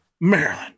Maryland